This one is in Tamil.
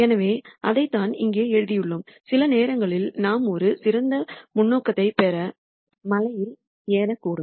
எனவே அதைத்தான் இங்கே எழுதியுள்ளோம் சில நேரங்களில் நாம் ஒரு சிறந்த முன்னோக்கைப் பெற மலையில் ஏறக்கூடும்